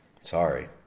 sorry